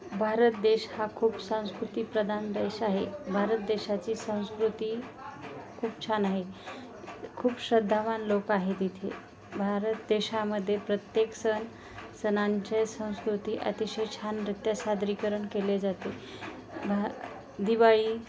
भारत देश हा खूप संस्कृतीप्रधान देश आहे भारत देशाची संस्कृती खूप छान आहे खूप श्रद्धावान लोप आहेत इथे भारत देशामध्ये प्रत्येक सण सणांचे संस्कृती अतिशय छान नृत्य सादरीकरण केले जाते भा दिवाळी